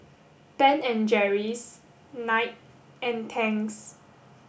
Ben and Jerry's Knight and Tangs